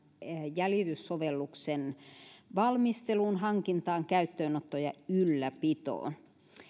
jäljityssovelluksen valmisteluun hankintaan käyttöönottoon ja ylläpitoon